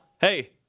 Hey